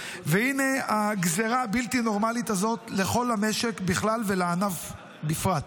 והינה הגזרה הבלתי-נורמלית הזאת לכל המשק בכלל ולענף בפרט.